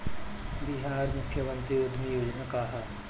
बिहार मुख्यमंत्री उद्यमी योजना का है?